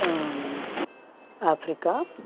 Africa